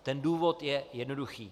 Ten důvod je jednoduchý.